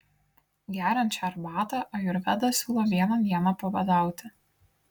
geriant šią arbatą ajurvedą siūlo vieną dieną pabadauti